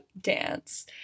dance